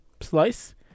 slice